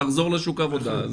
לחזור לשוק העבודה,